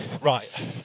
Right